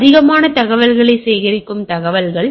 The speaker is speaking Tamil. அவை அதிகமான தகவல்களை சேகரிக்கும் தகவல்கள்